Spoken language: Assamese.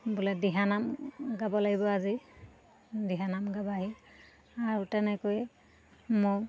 বোলে দিহানাম গাব লাগিব আজি দিহানাম গাব আহি আৰু তেনেকৈয়ে মোক